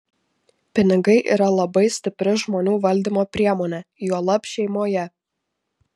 pinigai yra labai stipri žmonių valdymo priemonė juolab šeimoje